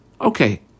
Okay